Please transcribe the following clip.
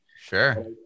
sure